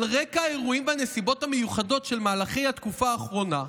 "על רקע האירועים והנסיבות המיוחדות של מהלכי התקופה האחרונה,